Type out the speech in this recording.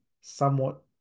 somewhat